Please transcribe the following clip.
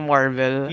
Marvel